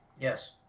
yes